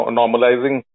normalizing